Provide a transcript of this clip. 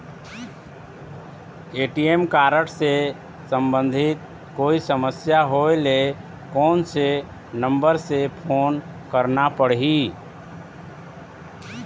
ATM card से संबंधित कोई समस्या होय ले, कोन से नंबर से फोन करना पढ़ही?